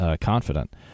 confident